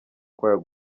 kwayo